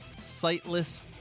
Sightless